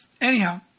Anyhow